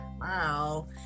Wow